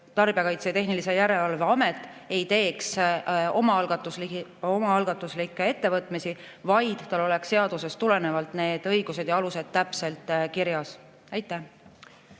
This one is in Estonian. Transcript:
Tarbijakaitse ja Tehnilise Järelevalve Amet ei teeks omaalgatuslikke ettevõtmisi, vaid tal oleks seadusest tulenevalt need õigused ja alused täpselt kirjas. Peeter